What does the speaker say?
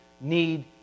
need